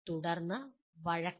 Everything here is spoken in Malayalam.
തുടർന്ന് "വഴക്കം"